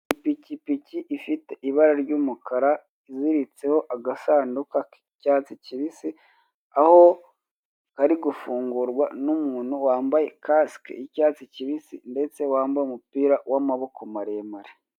Ipikipiki iri mu mabara y'umukara ibitseho agasanduka k'icyatsi kibisi aho kari gufungurwa n'umuntu wambaye kasike y'icyatsi kibisi ndetse wambaye umupira w'amaboko maremare.